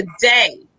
today